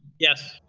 yes.